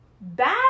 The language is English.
bad